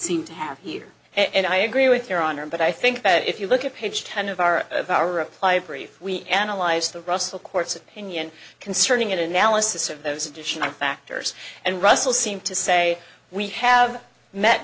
seem to have here and i agree with your honor but i think that if you look at page ten of our of our apply brief we analyzed the russell court's opinion concerning it analysis of those additional factors and russell seemed to say we have met